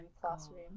classroom